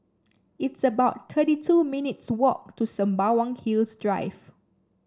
it's about thirty two minutes walk to Sembawang Hills Drive